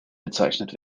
bezeichnet